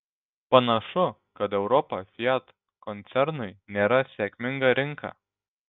panašu kad europa fiat koncernui nėra sėkminga rinka